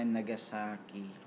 Nagasaki